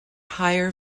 higher